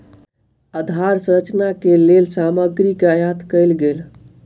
आधार संरचना के लेल सामग्री के आयत कयल गेल